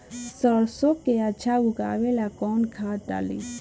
सरसो के अच्छा उगावेला कवन खाद्य डाली?